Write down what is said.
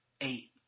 eight